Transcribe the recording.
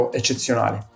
eccezionale